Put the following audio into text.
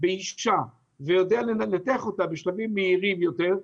באישה ויודע לנתח אותה בשלבים מהירים יותר,